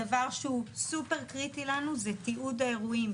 הדבר שהוא סופר קריטי לנו זה תיעוד האירועים.